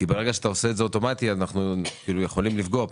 ברגע שעושים את זה אוטומטית אנחנו יכולים לפגוע בו.